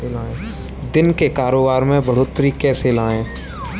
दिन के कारोबार में बढ़ोतरी कैसे लाएं?